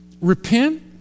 repent